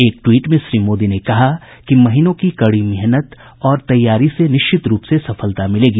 एक टवीट में श्री मोदी ने कहा कि महीनों की कड़ी मेहनत और तैयारी से निश्चित रूप से सफलता मिलेगी